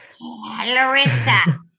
Larissa